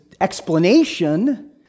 explanation